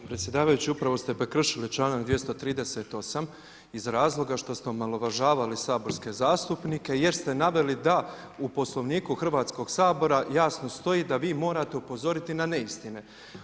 Predsjedavajući upravo ste prekršili članak 238. iz razloga što ste omalovažavali saborske zastupnike jer ste naveli da u Poslovniku Hrvatskog sabora jasno stoji da vi morate upozoriti na neistine.